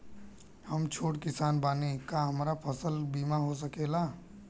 हम छोट किसान बानी का हमरा फसल बीमा हो सकेला?